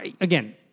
again